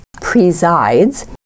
presides